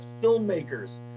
Filmmakers